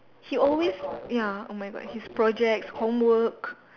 he always ya oh my god his projects homework